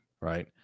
right